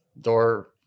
door